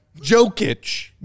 Jokic